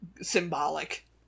symbolic